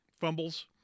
fumbles